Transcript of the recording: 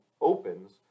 opens